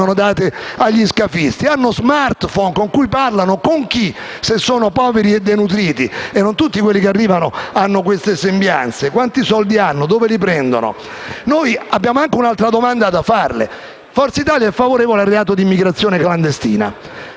Abbiamo anche un'altra domanda da farle: Forza Italia è favorevole al reato di immigrazione clandestina.